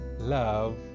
love